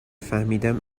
فهمیدیم